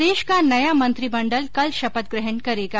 प्रदेश का नया मंत्रिमंडल कल शपथ ग्रहण करेगा